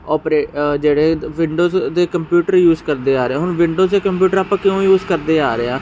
ਓਪਰੇ ਜਿਹੜੇ ਵਿੰਡੋਜ ਦੇ computer use ਕਰਦੇ ਆ ਰਹੇ ਹੁਣ ਵਿੰਡੋ ਦੇ ਕੰਪਿਊਟਰ ਆਪਾਂ ਕਿਉਂ ਯੂਜ ਕਰਦੇ ਆ ਰਹੇ ਆ